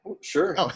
Sure